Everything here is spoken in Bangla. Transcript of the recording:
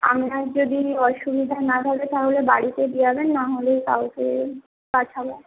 আপনার যদি অসুবিধা না থাকে তাহলে বাড়িতে দিয়ে যাবেন না হলে কাউকে পাঠাবো